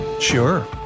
Sure